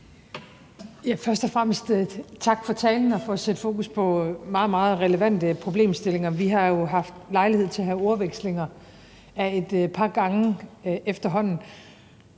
tak for talen og for at sætte fokus på meget, meget relevante problemstillinger. Vi har jo haft lejlighed til at have ordvekslinger et par gange efterhånden,